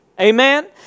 Amen